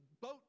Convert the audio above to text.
boat